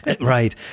Right